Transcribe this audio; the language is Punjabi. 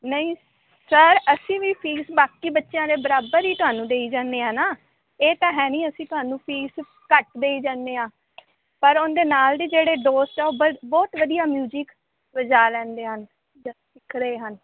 ਨਹੀਂ ਸਰ ਅਸੀਂ ਵੀ ਫੀਸ ਬਾਕੀ ਬੱਚਿਆਂ ਦੇ ਬਰਾਬਰ ਹੀ ਤੁਹਾਨੂੰ ਦੇਈ ਜਾਂਦੇ ਹਾਂ ਨਾ ਇਹ ਤਾਂ ਹੈ ਨਹੀਂ ਅਸੀਂ ਤੁਹਾਨੂੰ ਫੀਸ ਘੱਟ ਦੇਈ ਜਾਂਦੇ ਹਾਂ ਪਰ ਉਹਦੇ ਨਾਲ ਦੇ ਜਿਹੜੇ ਦੋਸਤ ਹੈ ਬ ਬਹੁਤ ਵਧੀਆ ਮਿਊਜਿਕ ਵਜਾ ਲੈਂਦੇ ਹਨ ਜਾਂ ਸਿੱਖ ਰਹੇ ਹਨ